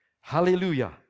hallelujah